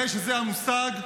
הרי שזה המושג פלשתינה.